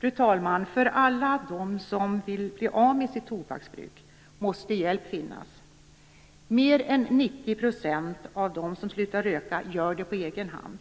Fru talman! För alla dem som vill bli av med sitt tobaksbruk måste hjälp finnas. Mer än 90 % av dem som slutar röka gör det på egen hand.